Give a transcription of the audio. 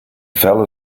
fell